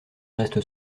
reste